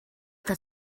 that